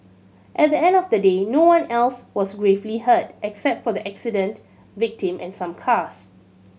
at the end of the day no one else was gravely hurt except for the accident victim and some cars